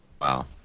Wow